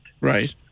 Right